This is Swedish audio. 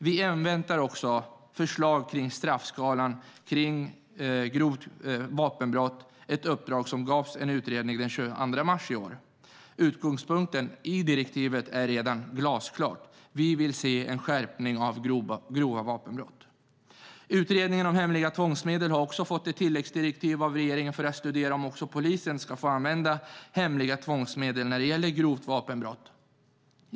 Vi inväntar också förslag om straffskalan när det gäller grovt vapenbrott - ett uppdrag som gavs en utredning den 22 mars i år. Utgångspunkten i direktivet är glasklart: Vi vill se en skärpning av straffskalan när det gäller grova vapenbrott. Utredningen om hemliga tvångsmedel har också fått ett tilläggsdirektiv av regeringen för att studera om polisen ska få använda hemliga tvångsmedel när det gäller grovt vapenbrott.